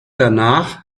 danach